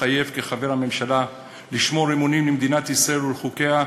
מתחייב כחבר הממשלה לשמור אמונים למדינת ישראל ולחוקיה,